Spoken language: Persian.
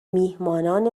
میهمانان